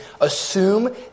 assume